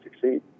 succeed